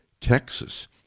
Texas